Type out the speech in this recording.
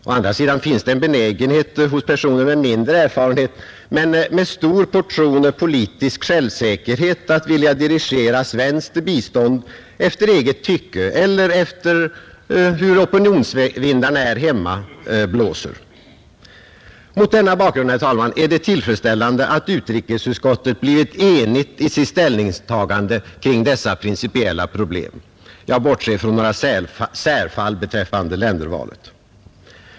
Å andra sidan finns det en benägenhet hos personer med mindre erfarenhet men med en stor portion politisk självsäkerhet att vilja dirigera svenskt bistånd efter eget tycke eller efter hur opinionsvindarna här hemma blåser. Mot denna bakgrund, herr talman, är det tillfredsställande att utrikesutskottet blivit enigt i sitt ställningstagande kring dessa principiella problem. Jag bortser från några särfall beträffande ländervalet.